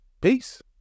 peace